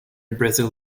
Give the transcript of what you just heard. brazil